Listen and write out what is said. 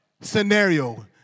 scenario